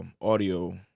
audio